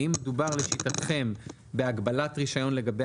האם מדובר לשיטתכם בהגבלת רישיון לגבי